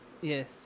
Yes